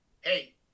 Hey